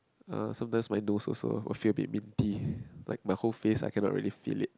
er sometimes my nose also will feel a bit minty like my whole face I cannot really feel it